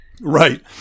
Right